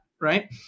right